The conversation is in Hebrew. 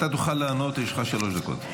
אתה תוכל לענות, יש לך שלוש דקות.